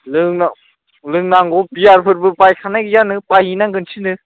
loan' लोंनांगौ बियारफोरबो बायखानाय गैयानो बायहैनांगोनसो नो